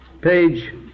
page